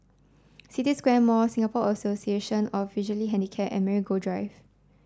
City Square Mall Singapore Association of Visually Handicapped and Marigold Drive